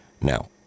Now